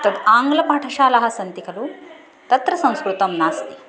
तद् आङ्ग्लपाठशालाः सन्ति खलु तत्र संस्कृतं नास्ति